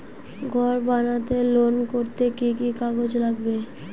ঘর বানাতে লোন করতে কি কি কাগজ লাগবে?